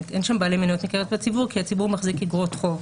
אין שם בעלי מניות מקרב הציבור כי הציבור מחזיק אגרות חוב.